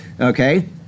okay